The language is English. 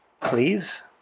Please